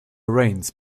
rains